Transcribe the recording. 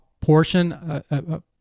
portion